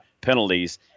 penalties